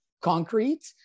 concrete